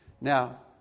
Now